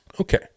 Okay